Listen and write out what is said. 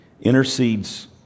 intercedes